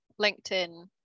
LinkedIn